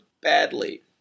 badly